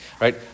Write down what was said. right